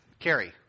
Carrie